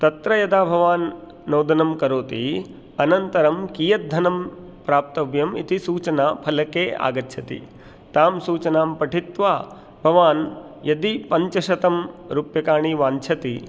तत्र यदा भवान् नोदनं करोति अनन्तरं कियद्धनं प्राप्तव्यम् इति सूचनाफलके आगच्छति तां सूचनां पठित्वा भवान् यदि पञ्चशतं रूप्यकाणि वाञ्छति